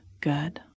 good